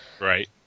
right